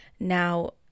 Now